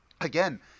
Again